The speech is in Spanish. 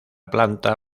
planta